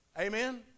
Amen